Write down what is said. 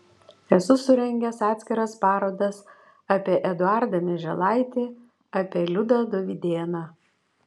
esu surengęs atskiras parodas apie eduardą mieželaitį apie liudą dovydėną